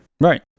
right